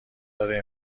داره